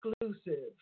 exclusive